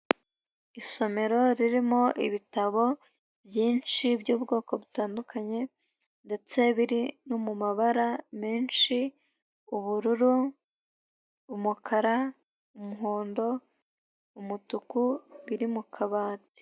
Isomero ririmo ibitabo byinshi by'ubwoko butandukanye ndetse biri no mu mabara menshi: ubururu, umukara, umuhondo, umutuku, biri mu kabati.